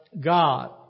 God